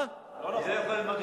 לא נכון.